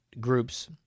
groups